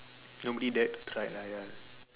nobody dared to tried lah ya